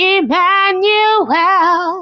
Emmanuel